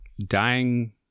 dying